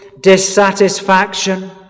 dissatisfaction